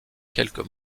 quelques